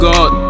God